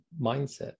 mindset